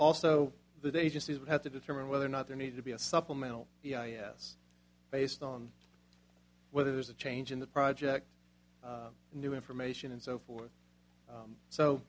also the agencies would have to determine whether or not there need to be a supplemental p i a s based on whether there's a change in the project and new information and so forth